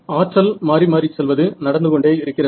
ஆற்றல் மாறி மாறிச் செல்வது நடந்து கொண்டே இருக்கிறது